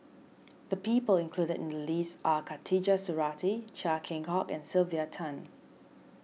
the people included in the list are Khatijah Surattee Chia Keng Hock and Sylvia Tan